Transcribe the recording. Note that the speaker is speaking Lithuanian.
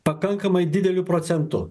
pakankamai dideliu procentu